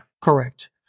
Correct